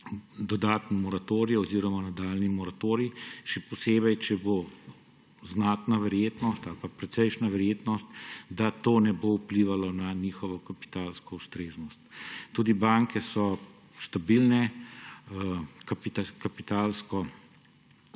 dodaten moratorij oziroma nadaljnji moratorij. Še posebej, če bo znatna verjetnost ali pa precejšnja verjetnost, da to ne bo vplivalo na njihovo kapitalsko ustreznost. Tudi banke so stabilne, kapitalsko